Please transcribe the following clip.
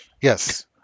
Yes